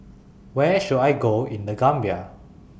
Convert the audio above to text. Where should I Go in The Gambia